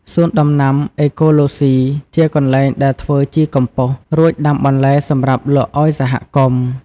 សួនដំណាំអេកូឡូហ្ស៊ី ជាកន្លែងដែលធ្វើជីកំប៉ុស រួចដាំបន្លែសម្រាប់លក់ឲ្យសហគមន៍។